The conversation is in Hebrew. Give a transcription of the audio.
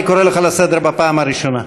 אני קורא לך לסדר בפעם הראשונה.